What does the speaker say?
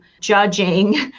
judging